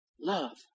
love